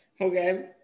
Okay